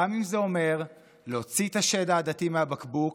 גם אם זה אומר להוציא את השד העדתי מהבקבוק